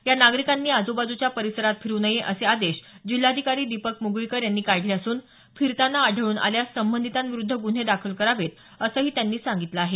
या नागरिकांनी आजूबाजूच्या परिसरात फिरू नये असे आदेश जिल्हाधिकारी दिपक मुगळीकर यांनी काढले असून फिरताना आढळून आल्यास संबंधितांविरूद्ध गुन्हे दाखल करावेत असंही त्यांनी सांगितलं आहे